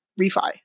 refi